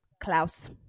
klaus